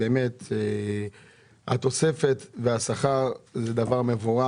אבל יש אזרחים במדינת ישראל שהיום מתחילים לשלם יותר יקר על המחייה,